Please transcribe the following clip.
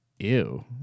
Ew